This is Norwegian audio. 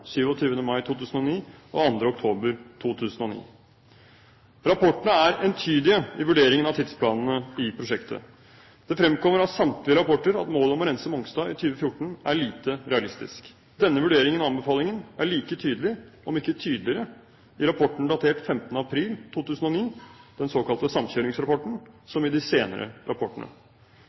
mai 2009 og 2. oktober 2009. Rapportene er entydige i vurderingen av tidsplanene i prosjektet. Det fremkommer av samtlige rapporter at målet om å rense Mongstad i 2014 er lite realistisk. Denne vurderingen og anbefalingen er like tydelig, om ikke tydeligere, i rapporten datert 15. april 2009, den såkalte samkjøringsrapporten, som i de senere rapportene.